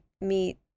meet